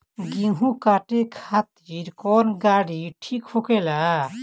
गेहूं काटे खातिर कौन गाड़ी ठीक होला?